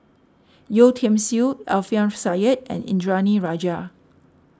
Yeo Tiam Siew Alfian Sa'At and Indranee Rajah